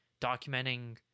documenting